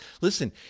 Listen